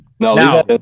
No